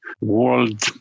world